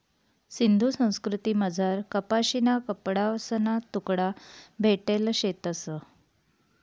सिंधू संस्कृतीमझार कपाशीना कपडासना तुकडा भेटेल शेतंस